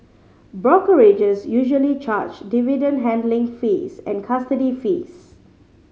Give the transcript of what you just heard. brokerages usually charge dividend handling fees and custody fees